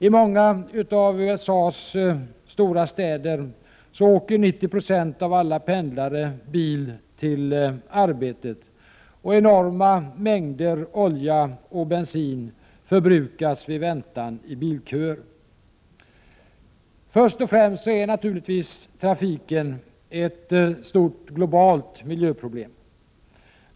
I många av USA:s stora städer åker 90 26 av alla pendlare bil till arbetet. Enorma mängder olja och bensin förbrukas vid väntan i bilköer. Först och främst är trafiken naturligtvis ett stort, globalt miljöproblem.